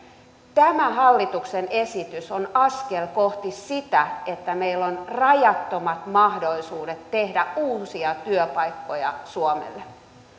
tämä hallituksen esitys on askel kohti sitä että meillä on rajattomat mahdollisuudet tehdä uusia työpaikkoja suomelle